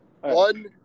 One